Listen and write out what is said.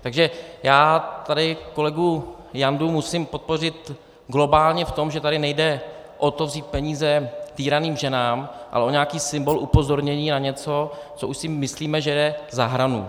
Takže já tady kolegu Jandu musím podpořit globálně v tom, že tady nejde o to vzít peníze týraným ženám, ale o nějaký symbol upozornění na něco, co už si myslíme, že je za hranou.